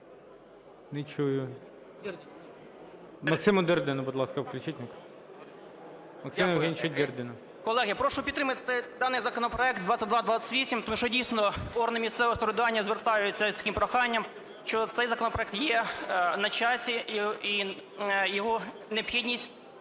Не чую. Максиму Дирдіну, будь ласка, включіть мікрофон. Максиму Євгеновичу Дирдіну. 11:13:58 ДИРДІН М.Є. Колеги, прошу підтримати даний законопроект 2228, тому що, дійсно, органи місцевого самоврядування звертаються з таким проханням, що цей законопроект є на часі і його необхідність